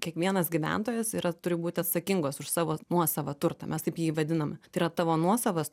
kiekvienas gyventojas yra turi būti atsakingos už savo nuosavą turtą mes taip jį vadinam tai yra tavo nuosavas